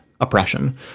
oppression